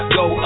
go